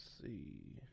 see